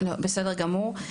בסדר גמור.